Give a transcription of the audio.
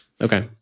Okay